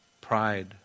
Pride